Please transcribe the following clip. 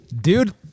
Dude